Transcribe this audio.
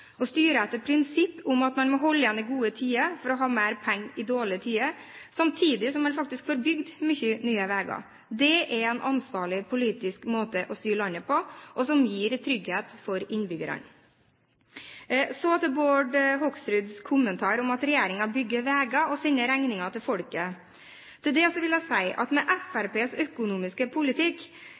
å styre landet på, som gir trygghet for innbyggerne. Så til Bård Hoksruds kommentar om at regjeringen bygger veier og sender regningen til folket. Til det vil jeg si at med Fremskrittspartiets økonomiske politikk